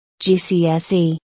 GCSE